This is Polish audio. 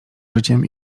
życiem